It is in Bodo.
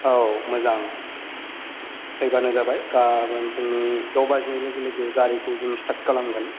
औ मोजां फैबानो जाबाय गाबोन फुंनि द' बाजिनाय लोगो लोगो गारिखौ जों स्टार्ट खालामगोन